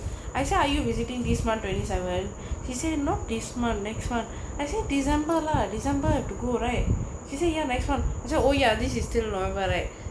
I say are you visiting this month twenty seven he said not this month next month I say december lah december to go right he say ya next month so oh ya this is still november right